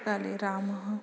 काले रामः